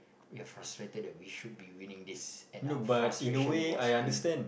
we are frustrated that we should be winning this and our frustration was being